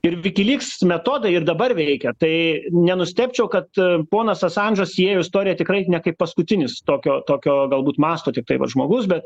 ir wikileaks metodai ir dabar veikia tai nenustebčiau kad ponas asandžas siejo istoriją tikrai ne kaip paskutinis tokio tokio galbūt mąsto tiktai va žmogus bet